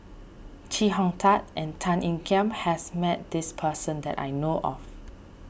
Chee Hong Tat and Tan Ean Kiam has met this person that I know of